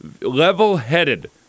level-headed